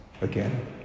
again